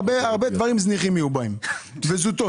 הרבה דברים זניחים יהיו בהם וזוטות